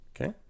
Okay